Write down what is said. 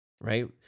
right